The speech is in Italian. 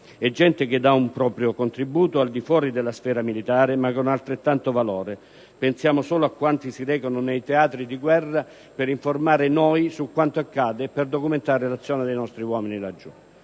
È gente che dà un proprio contributo, al di fuori della sfera militare ma con altrettanto valore. Pensiamo solo a quanti si recano nei teatri di guerra per informare noi su quanto accade e per documentare l'azione dei nostri uomini laggiù.